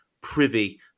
privy